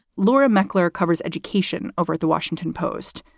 laura meckler covers education over the washington post.